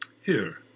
Here